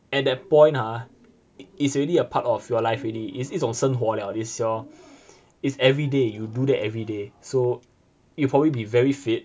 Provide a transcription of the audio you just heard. at that point ah it's already a part of your life already it's 一中生活 liao it's your it's every day you do that every day so you'll probably be very fit